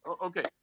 Okay